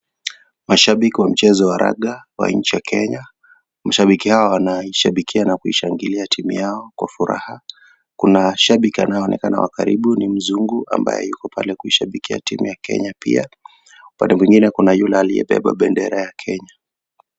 Mashabiki wa mchezo wa raga wa nchi ya Kenya, mashabiki hawa wanashabikia na kushangilia timu yao Kwa furaha. Kuna shabiki wanaoonekana wa karibu ni mzungu ambaye yuko pale kushabikia timu ya Kenya pia upande mwingine kuna yule aliyebeba bendera ya Kenya.